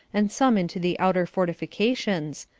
and some into the outer fortifications,